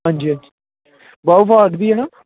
हंजी हंजी बहू फार्ट बी है ना